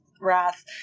wrath